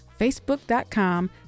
Facebook.com